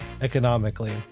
economically